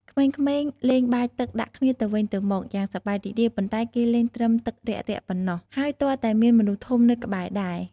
ក្មេងៗលេងបាចទឹកដាក់គ្នាទៅវិញទៅមកយ៉ាងសប្បាយរីករាយ ប៉ុន្តែគេលេងត្រឹមទឹករ៉ាក់ៗប៉ុណ្ណោះ ហើយទាល់តែមានមនុស្សធំនៅក្បែរដែរ។